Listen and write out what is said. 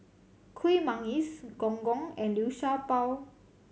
Kueh Manggis Gong Gong and Liu Sha Bao